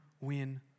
win